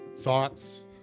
thoughts